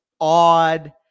odd